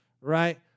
right